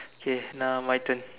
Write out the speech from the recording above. okay now my turn